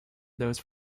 those